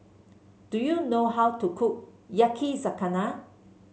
do you know how to cook Yakizakana